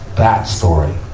that story.